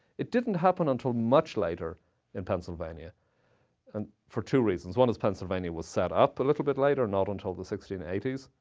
it didn't happen until much later in pennsylvania and for two reasons. one is pennsylvania was set up a little bit later not until the sixteen eighty s.